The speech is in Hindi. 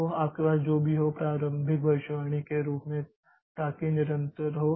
तो आपके पास जो भी हो प्रारंभिक भविष्यवाणी के रूप में ताकि निरंतर हो